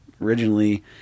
originally